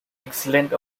excellent